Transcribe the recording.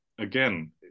again